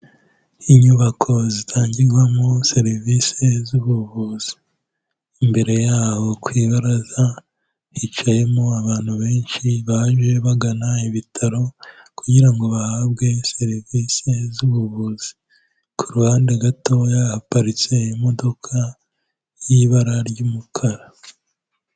Inyubako zitangirwamo serivisi z'ubuvuzi, imbere yaho ku ibaraza hicayemo abantu benshi baje bagana ibitaro kugira ngo bahabwe serivisi z'ubuvuzi, ku ruhande gatoya haparitse imodoka y'ibara ry'umukara.